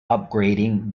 upgrading